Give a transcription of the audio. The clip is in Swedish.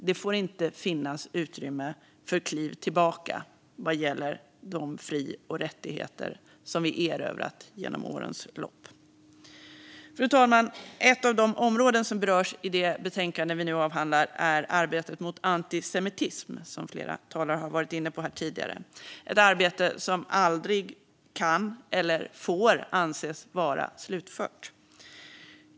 Det får inte finnas utrymme för kliv tillbaka vad gäller de fri och rättigheter som vi erövrat genom årens lopp. Fru talman! Ett av de områden som berörs i det betänkande vi nu avhandlar är arbetet mot antisemitism, som flera tidigare talare varit inne på. Det är ett arbete som aldrig kan eller får anses vara slutfört.